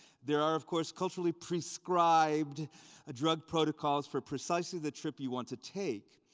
there are of course culturally prescribed drug protocols for precisely the trip you want to take.